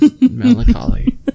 melancholy